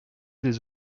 des